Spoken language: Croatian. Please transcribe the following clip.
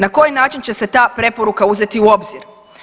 Na koji način će se ta preporuka uzeti u obzir?